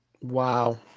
Wow